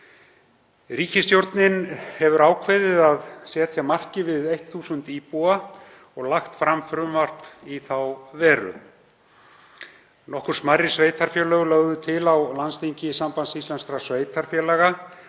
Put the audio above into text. Ríkisstjórnin hefur ákveðið að setja markið við 1.000 íbúa og lagt fram frumvarp í þá veru. Nokkur smærri sveitarfélög lögðu til á landsþingi Sambands íslenskra sveitarfélaga